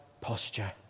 posture